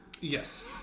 Yes